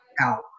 out